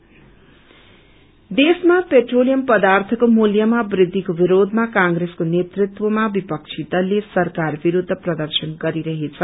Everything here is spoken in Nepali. पेट्रोल प्राइज देशमा पेट्रोलियम पदार्थको मूल्यमा बृद्खिको विरोयमा कंग्रेसको नेतृत्वमा विपक्षी दलले सरकार विरूद्ध प्रर्दशन गरिरहेछ